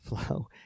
flow